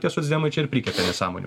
tie socdemai čia ir prikepė nesąmonių